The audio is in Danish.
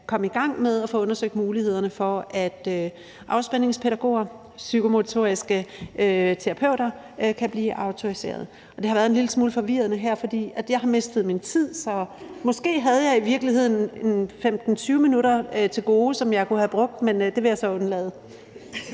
komme i gang med at få undersøgt mulighederne for, at afspændingspædagoger, psykomotoriske terapeuter, kan blive autoriseret. Det har været en lille smule forvirrende her, fordi jeg har mistet min tid, så måske havde jeg i virkeligheden 15-20 minutter til gode, som jeg kunne have brugt, men det vil jeg så undlade.